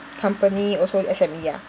company also S_M_E ah